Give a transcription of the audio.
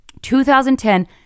2010